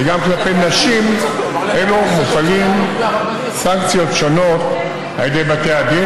וגם כלפי נשים אלו מופעלות סנקציות שונות על ידי בתי הדין,